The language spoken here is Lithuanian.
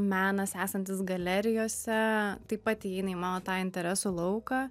menas esantis galerijose taip pat įeina į mano tą interesų lauką